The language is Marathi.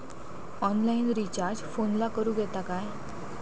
ऑनलाइन रिचार्ज फोनला करूक येता काय?